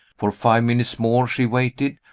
for five minutes more she waited,